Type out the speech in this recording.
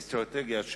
האסטרטגיה,